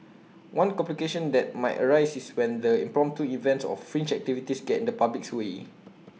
one complication that might arise is when the impromptu events or fringe activities get in the public's way